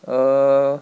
err